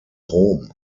rom